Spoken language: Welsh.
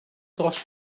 dros